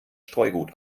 streugut